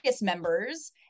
members